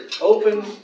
open